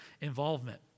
Involvement